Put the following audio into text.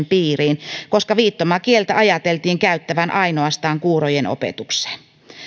piiriin koska viittomakieltä ajateltiin käytettävän ainoastaan kuurojen opetukseen